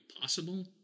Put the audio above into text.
possible